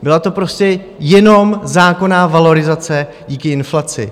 Byla to prostě jenom zákonná valorizace díky inflaci.